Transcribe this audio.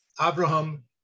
Abraham